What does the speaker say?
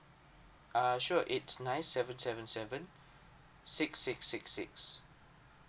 ah sure it's nine seven seven seven six six six six